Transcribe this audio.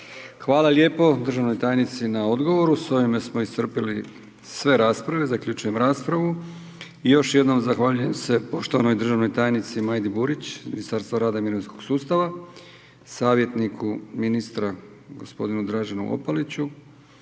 Hvala lijepo državnoj tajnici na odgovoru. S ovime smo iscrpili sve rasprave, zaključujem raspravu. I još jednom zahvaljujem se poštovanoj državnoj tajnici Majdi Burić iz Ministarstva rada i mirovinskog sustava, savjetniku ministra gospodinu Draženu Opaliću